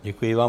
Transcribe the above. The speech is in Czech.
Děkuji vám.